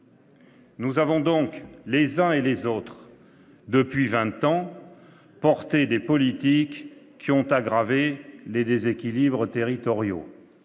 Nous avons donc, les uns et les autres, depuis vingt ans, assumé des politiques qui ont aggravé les déséquilibres territoriaux.